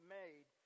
made